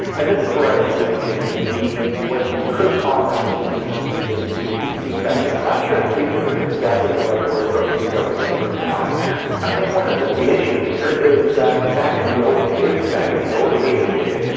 and this is where i think we begin to see what you could call an elitism begin to seep back in. i'm not sure if elitism is exactly the right word but we can go with it for now. and i think one of the the issues here is that back in the old days, back in the old elitist days,